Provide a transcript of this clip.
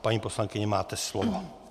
Paní poslankyně, máte slovo.